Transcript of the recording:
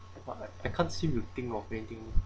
I I can't seem to think of anything